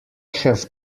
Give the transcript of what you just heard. have